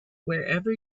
wherever